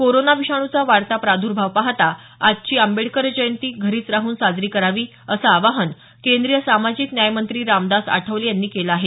corona विषाणूचा वाढता प्रादुर्भाव पाहता आजची आंबेडकर यांची जयंती घरीच राहून साजरी करावी असं आवाहन केंद्रीय सामाजिक न्यायमंत्री रामदास आठवले यांनी केलं आहे